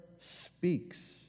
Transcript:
speaks